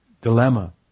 dilemma